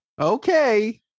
Okay